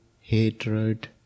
hatred